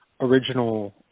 original